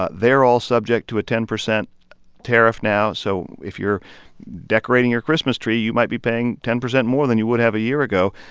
ah they're all subject to a ten percent tariff now. so if you're decorating your christmas tree, you might be paying ten percent more than you would have a year ago.